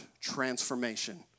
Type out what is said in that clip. transformation